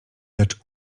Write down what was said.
lecz